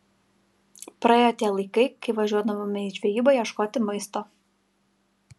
praėjo tie laikai kai važiuodavome į žvejybą ieškoti maisto